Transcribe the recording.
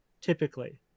typically